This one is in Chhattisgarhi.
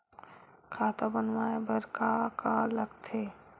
खाता बनवाय बर का का लगथे?